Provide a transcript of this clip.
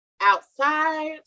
Outside